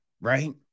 Right